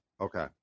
Okay